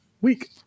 week